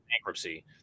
bankruptcy